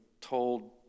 told